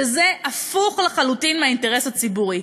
שזה הפוך לחלוטין מהאינטרס הציבורי.